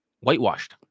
whitewashed